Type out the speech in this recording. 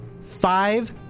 Five